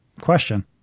question